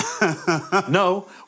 No